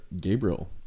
Gabriel